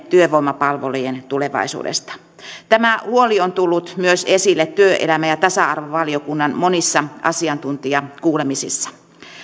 olen työvoimapalvelujen tulevaisuudesta tämä huoli on tullut esille myös työelämä ja tasa arvovaliokunnan monissa asiantuntijakuulemisissa